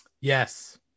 Yes